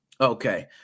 Okay